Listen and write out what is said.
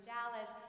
Dallas